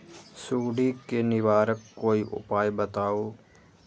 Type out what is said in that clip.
सुडी से निवारक कोई उपाय बताऊँ?